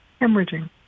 hemorrhaging